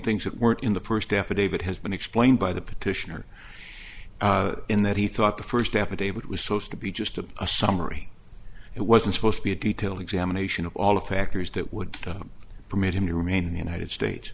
things that weren't in the first affidavit has been explained by the petitioner in that he thought the first affidavit was so as to be just of a summary it wasn't supposed to be a detailed examination of all the factors that would permit him to remain in the united states